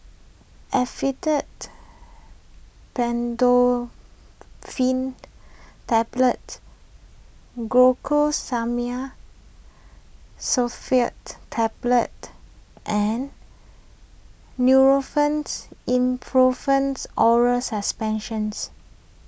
Tablets Glucosamine Sulfate Tablet and Nurofens Ibuprofens Oral Suspensions